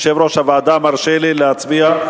יושב-ראש הוועדה מרשה לי להצביע,